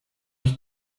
ich